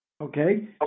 Okay